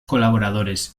colaboradores